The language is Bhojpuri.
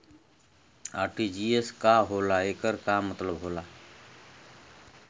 आर.टी.जी.एस का होला एकर का मतलब होला?